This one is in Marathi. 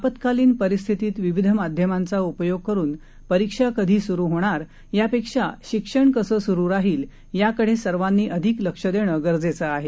आपत्कालीन परिस्थितीत विविध माध्यमांचा उपयोग करुन परीक्षा कधी सुरु होणार यापेक्षा शिक्षण कसं सुरु राहील याकडे सर्वानी अधिक लक्ष देणं गरजेचं आहे